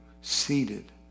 seated